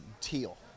teal